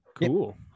Cool